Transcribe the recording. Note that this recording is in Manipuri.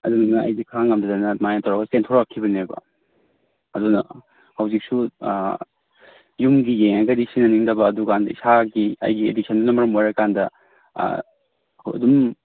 ꯑꯗꯨꯗꯨꯅ ꯑꯩꯁꯦ ꯈꯥꯡ ꯉꯝꯗꯗꯅ ꯑꯗꯨꯃꯥꯏꯅ ꯇꯧꯔ ꯆꯦꯟꯊꯣꯛꯔꯛꯈꯤꯕꯅꯦꯕ ꯑꯗꯨꯅ ꯍꯧꯖꯤꯛꯁꯨ ꯌꯨꯝꯒꯤ ꯌꯦꯡꯂꯒꯗꯤ ꯁꯤꯖꯤꯟꯅꯅꯤꯡꯗꯕ ꯑꯗꯨ ꯀꯥꯟꯗ ꯏꯁꯥꯒꯤ ꯑꯩꯒꯤ ꯑꯦꯗꯤꯛꯁꯟꯗꯨꯅ ꯃꯔꯝ ꯑꯣꯏꯔ ꯀꯥꯟꯗ ꯑꯩꯈꯣꯏ ꯑꯗꯨꯝ